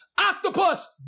Octopus